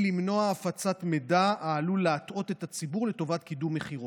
היא למנוע הפצת מידע העלול להטעות את הציבור לטובת קידום מכירות.